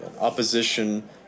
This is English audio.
opposition